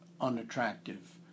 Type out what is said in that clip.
unattractive